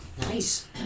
Nice